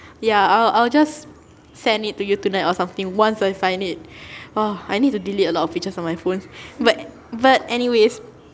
ya I'll I'll just send it to you tonight or something once I find it !wah! I need to delete a lot of pictures from my phone but but anyways